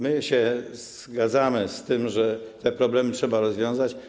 My się zgadzamy z tym, że te problemy trzeba rozwiązać.